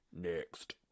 Next